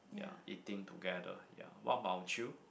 ya eating together ya what about you